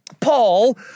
Paul